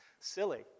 Silly